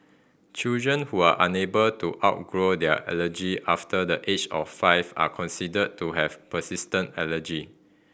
children who are unable to outgrow their allergy after the age of five are considered to have persistent allergy